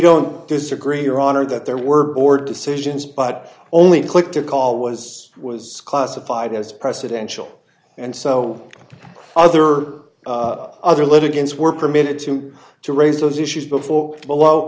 don't disagree your honor that there were or decisions but only click to call was was classified as presidential and so other other litigants were permitted to to raise those issues before